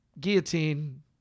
guillotine